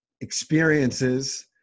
experiences